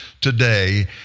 today